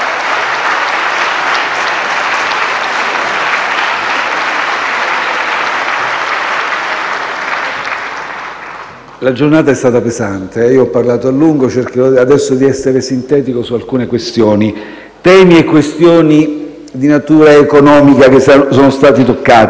La giornata è stata pesante, io ho parlato a lungo e cercherò adesso di essere sintetico su alcune questioni: temi e questioni di natura economica che sono stati toccati.